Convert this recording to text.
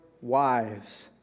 wives